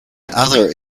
other